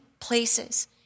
places